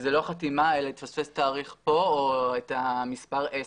שזאת לא חתימה אלא התפספס תאריך או מספר עסק.